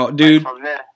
dude